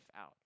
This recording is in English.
out